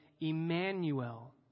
Emmanuel